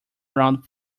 around